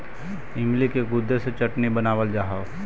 इमली के गुदे से चटनी बनावाल जा हई